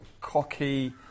cocky